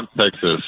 Texas